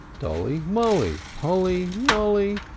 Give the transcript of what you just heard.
dolly, molly, polly, nolly,